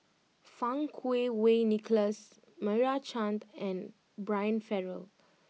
Fang Kuo Wei Nicholas Meira Chand and Brian Farrell